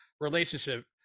relationship